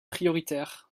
prioritaire